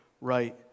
right